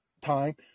time